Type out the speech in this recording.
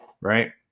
Right